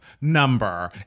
number